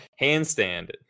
handstand